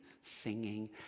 singing